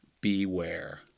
beware